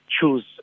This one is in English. choose